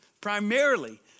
primarily